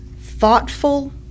thoughtful